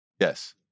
yes